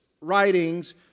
writings